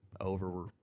Over